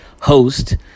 host